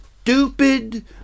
stupid